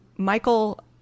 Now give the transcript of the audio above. Michael